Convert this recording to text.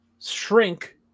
shrink